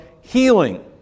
healing